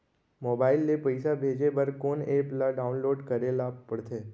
Mobile से पइसा भेजे बर कोन एप ल डाऊनलोड करे ला पड़थे?